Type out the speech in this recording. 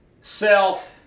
self